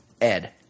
Ed